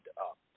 up